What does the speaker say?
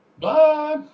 Bye